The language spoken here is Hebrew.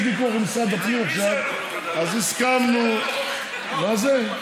יש ויכוח עם משרד הפנים עכשיו, אז הסכמנו, מה זה?